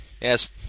Yes